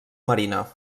marina